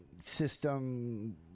system